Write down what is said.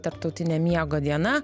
tarptautinė miego diena